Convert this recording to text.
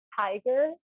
Tiger